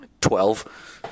Twelve